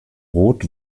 rot